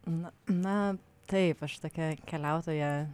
na na taip aš tokia keliautoja